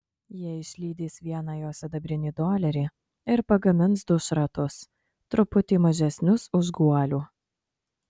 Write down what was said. jie išlydys vieną jo sidabrinį dolerį ir pagamins du šratus truputį mažesnius už guolių